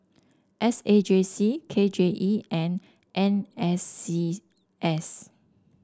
S A J C K J E and N S C S